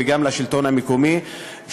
וגם לשלטון המקומי.